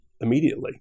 immediately